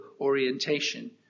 orientation